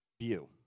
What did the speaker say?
view